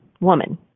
woman